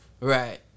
Right